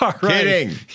Kidding